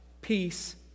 peace